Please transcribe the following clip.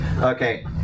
Okay